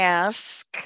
ask